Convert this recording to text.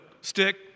Stick